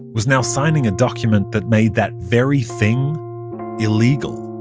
was now signing a document that made that very thing illegal